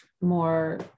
more